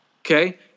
Okay